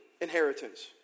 inheritance